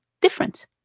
different